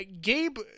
Gabe